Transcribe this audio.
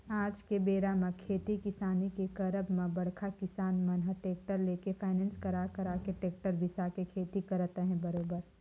आज के बेरा म खेती किसानी के करब म बड़का किसान मन ह टेक्टर लेके फायनेंस करा करा के टेक्टर बिसा के खेती करत अहे बरोबर